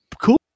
cool